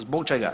Zbog čega?